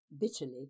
bitterly